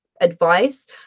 advice